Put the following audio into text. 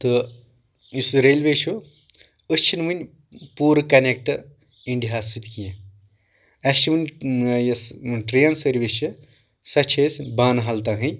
تہٕ یُس ریلوے چھُ أسۍ چھِنہٕ وُنہِ پوٗرٕ کنٮ۪کٹ انڑیا ہس سۭتۍ کینٛہہ اسہِ چھِ وُنہِ یۄس ٹرین سٔروِس چھِ سۄ چھِ اسہِ بانہال تانی